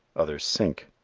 others sink.